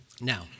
Now